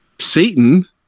Satan